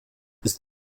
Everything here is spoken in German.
ist